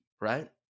right